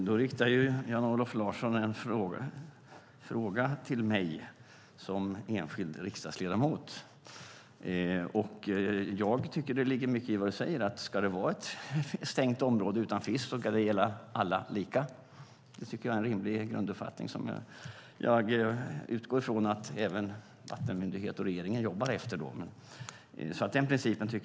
Herr talman! Jan-Olof Larsson riktar en fråga till mig som enskild riksdagsledamot. Jag tycker att det ligger mycket i vad han säger. Ska det vara ett stängt område utan fiske så ska det gälla lika för alla. Det tycker jag är en rimlig grunduppfattning och en princip som jag utgår från att även Havs och vattenmyndigheten jobbar efter.